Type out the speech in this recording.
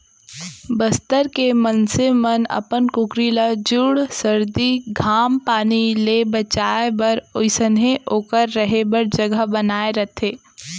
बस्तर के मनसे मन अपन कुकरी ल जूड़ सरदी, घाम पानी ले बचाए बर ओइसनहे ओकर रहें बर जघा बनाए रथें